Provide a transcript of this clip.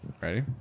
Ready